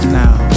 now